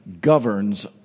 governs